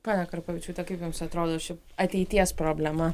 ponia karpavičiūte kaip jums atrodo ši ateities problema